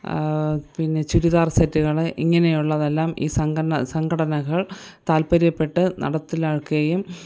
പിന്നെ ചുരിദാർ സെറ്റുകള് ഇങ്ങനെയുള്ളതെല്ലാം ഈ സംഘടന സംഘടനകൾ താൽപ്പര്യപ്പെട്ട് നടത്തിലാക്കുകയും